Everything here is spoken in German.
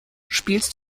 spielst